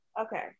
Okay